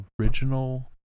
original